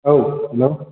औ हेल'